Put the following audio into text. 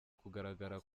kugaragara